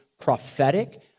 prophetic